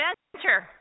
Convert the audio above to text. adventure